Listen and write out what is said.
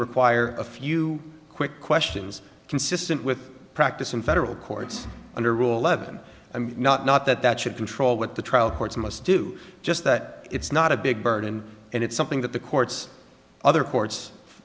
require a few quick questions consistent with practice in federal courts under rule eleven i'm not not that that should control what the trial courts must do just that it's not a big burden and it's something that the courts other courts